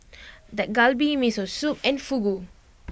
Dak Galbi Miso Soup and Fugu